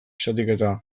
zatiketa